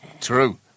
True